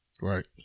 Right